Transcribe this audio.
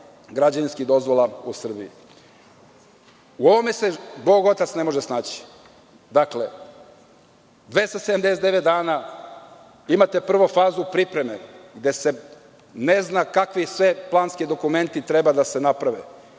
građevinske dozvole u Srbiji. U ovome se bog otac ne može snaći. Dakle, 279 dana, a imate prvo fazu pripreme gde se ne zna kakvi sve planski dokumenti treba da se naprave.